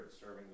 serving